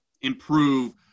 improve